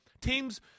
teams